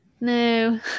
no